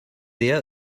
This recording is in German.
lea